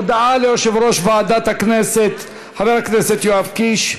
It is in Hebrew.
הודעת יושב-ראש ועדת הכנסת, חבר הכנסת יואב קיש.